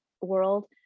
world